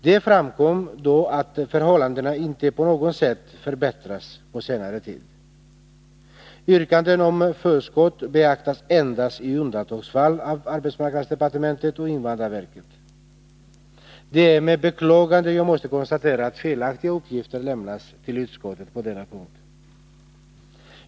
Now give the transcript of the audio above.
Det framkom då att förhållandena inte på något sätt förbättrats på senare tid. Yrkanden om förskott beaktas endast i undantagsfall av arbetsmarknadsdepartementet och invandrarverket. Det är med beklagande jag måste konstatera att felaktiga uppgifter lämnats till utskottet på denna punkt.